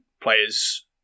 players